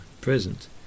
present